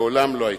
מעולם לא היתה.